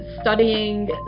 studying